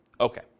Okay